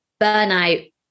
burnout